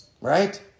right